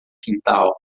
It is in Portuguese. quintal